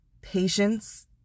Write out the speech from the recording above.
patience